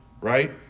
right